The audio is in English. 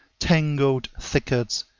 tangled thickets,